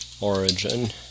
origin